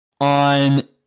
on